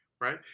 right